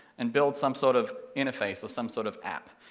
and build some sort of interface or some sort of app.